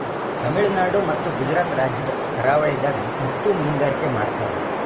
ತಮಿಳುನಾಡ್ ಮತ್ತ್ ಗುಜರಾತ್ ರಾಜ್ಯದ್ ಕರಾವಳಿದಾಗ್ ಮುತ್ತ್ ಮೀನ್ಗಾರಿಕೆ ಮಾಡ್ತರ್